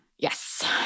Yes